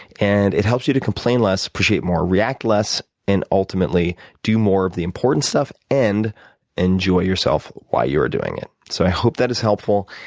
and it helps you to complain less, appreciate more, react less, and ultimately do more of the important stuff and enjoy yourself while you are doing it. so i hope that is helpful.